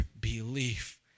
belief